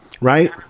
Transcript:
Right